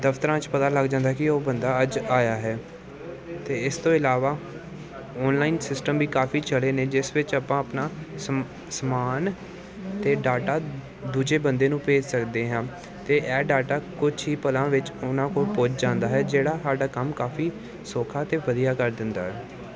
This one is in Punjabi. ਦਫ਼ਤਰਾਂ 'ਚ ਪਤਾ ਲੱਗ ਜਾਂਦਾ ਕਿ ਉਹ ਬੰਦਾ ਅੱਜ ਆਇਆ ਹੈ ਅਤੇ ਇਸ ਤੋਂ ਇਲਾਵਾ ਔਨਲਾਈਨ ਸਿਸਟਮ ਵੀ ਕਾਫੀ ਚੜੇ ਨੇ ਜਿਸ ਵਿੱਚ ਆਪਾਂ ਆਪਣਾ ਸਮ ਸਮਾਨ ਅਤੇ ਡਾਟਾ ਦੂਜੇ ਬੰਦੇ ਨੂੰ ਭੇਜ ਸਕਦੇ ਹਾਂ ਅਤੇ ਇਹ ਡਾਟਾ ਕੁਝ ਹੀ ਪਲਾਂ ਵਿੱਚ ਉਹਨਾਂ ਕੋਲ ਪਹੁੰਚ ਜਾਂਦਾ ਹੈ ਜਿਹੜਾ ਸਾਡਾ ਕੰਮ ਕਾਫੀ ਸੌਖਾ ਅਤੇ ਵਧੀਆ ਕਰ ਦਿੰਦਾ